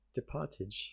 Departage